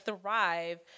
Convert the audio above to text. thrive